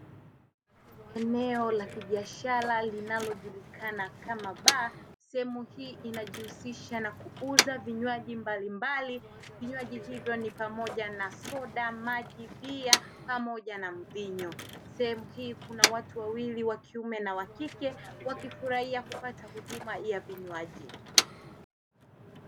Eneo la kibiashara linalojulikana kama baa. Sehemu hii inajihusisha na kuuza vinywaji mbalimbali. Vinywaji hivyo ni pamoja na soda, maji, bia pamoja na mvinyo. Sehemu hii kuna watu wawili wa kiume na wa kike wakifurahia kupata huduma ya vinywaji.